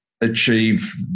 achieve